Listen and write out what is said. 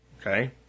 Okay